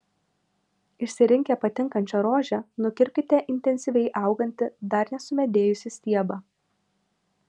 išsirinkę patinkančią rožę nukirpkite intensyviai augantį dar nesumedėjusį stiebą